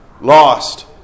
lost